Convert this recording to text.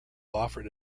offered